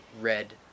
red